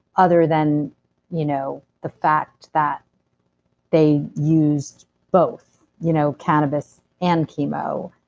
other than you know the fact that they used both you know cannabis and chemo,